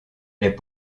les